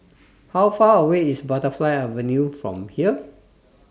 How Far away IS Butterfly Avenue from here